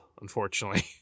unfortunately